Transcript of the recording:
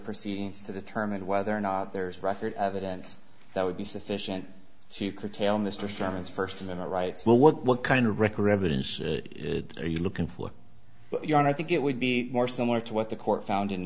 proceedings to determine whether or not there is record evidence that would be sufficient to curtail mr sherman's first amendment rights well what kind of record evidence are you looking for you and i think it would be more similar to what the court found in